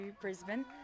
Brisbane